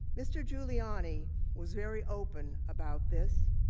mr. giuliani was very open about this.